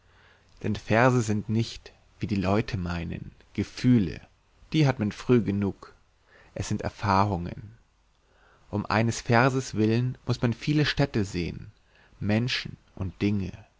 denn verse sind nicht wie die leute meinen gefühle die hat man früh genug es sind erfahrungen um eines verses willen muß man viele städte sehen menschen und dinge